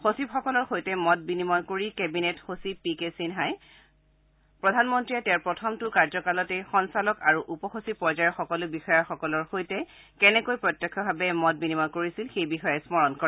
সচিবসকলৰ সৈতে মত বিনিময় আৰম্ভ কৰি কেবিনেট সচিব পি কে সিন্হাই প্ৰধানমন্ত্ৰীয়ে তেওঁৰ প্ৰথমটো কাৰ্যকালতে সঞ্চালক আৰু উপ সচিব পৰ্যায়ৰ সকলো বিষযাসকলৰ সৈতে কেনেকৈ প্ৰত্যক্ষভাৱে মত বিনিময় কৰিছিল সেই বিষয়ে স্মৰণ কৰে